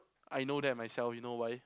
I know that myself you know why